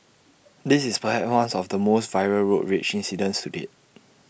this is perhaps ones of the most viral road rage incidents to date